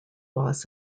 loss